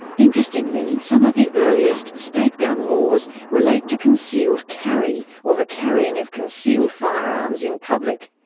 interestingly, some of the earliest state gun laws relate to concealed carry or the carrying of concealed firearms in public.